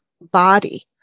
body